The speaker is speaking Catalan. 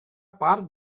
part